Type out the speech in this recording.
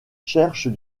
cherche